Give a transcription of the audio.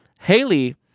Haley